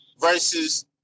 versus